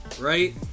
right